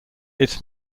its